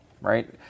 right